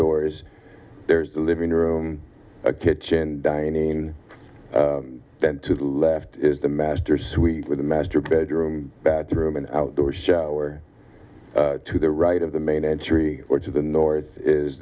doors there's the living room kitchen dining then to the left is the master suite with a master bedroom bathroom and outdoor shower to the right of the main entry or to the north is